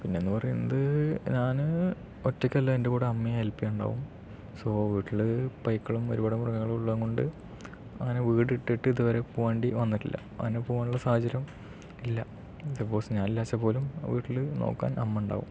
പിന്നെ എന്ന് പറയുന്നത് ഞാന് ഒറ്റയ്ക്ക് അല്ല എൻ്റെ കൂടെ അമ്മയും ഹെല്പ് ചെയ്യാൻ ഉണ്ടാകും സൊ വീട്ടില് പൈക്കളും ഒരുപാട് മൃഗങ്ങളും ഒക്കെ ഉള്ളത് കൊണ്ട് അങ്ങനെ വീട് ഇട്ടിട്ട് ഇതുവരെ പോകേണ്ടി വന്നിട്ടില്ല അങ്ങനെ പോകാനുള്ള സാഹചര്യം ഇല്ല സപ്പോസ് ഞാൻ ഇല്ല എന്ന് വെച്ചാൽപോലും വീട്ടില് നോക്കാൻ അമ്മ ഉണ്ടാകും